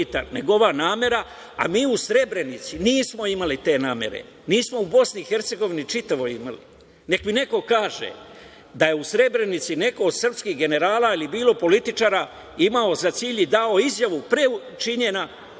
nego ova namera, a mi u Srebrenici nismo imali te namere, nismo u BiH čitavoj imali. Neka mi neko kaže da je u Srebrenici neko od srpskih generala ili bilo političara imao za cilj i dao izjavu pre činjenja